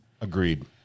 Agreed